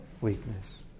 weakness